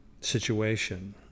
situation